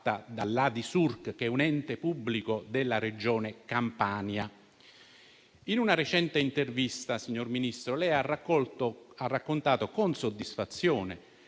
Grazie,